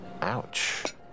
Ouch